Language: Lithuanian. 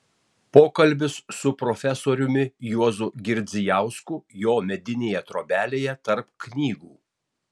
pokalbis su profesoriumi juozu girdzijausku jo medinėje trobelėje tarp knygų